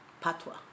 Patois